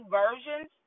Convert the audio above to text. versions